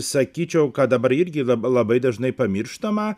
sakyčiau kad dabar irgi la labai dažnai pamirštama